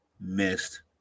Missed